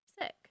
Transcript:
sick